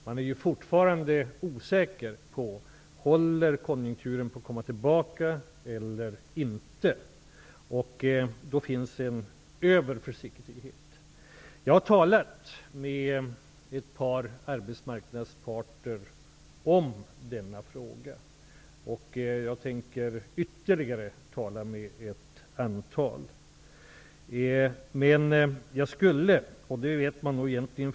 Man är fortfarande osäker på om högkonjunkturen håller på att komma tillbaka eller inte, och då finns en överförsiktighet. Jag har talat med ett par arbetsmarknadsparter om denna fråga. Jag tänker tala med ytterligare ett antal.